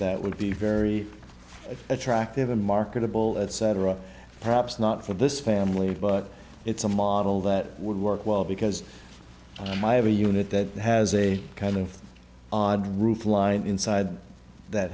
that would be very attractive and marketable etc perhaps not for this family but it's a model that would work well because i have a unit that has a kind of odd roof line inside that